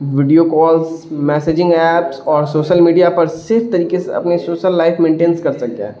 video calls messaging apps اور social media پر صرف طریقے سے اپنی سوشل لائف مینٹین کر سکتے ہیں